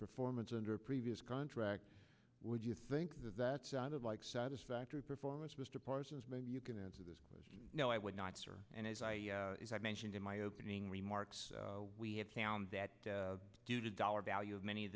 performance under previous contract would you think that that sounded like satisfactory performance mr parsons maybe you can answer this question no i would not sir and as i mentioned in my opening remarks we have towns that due to dollar value of many of